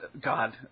God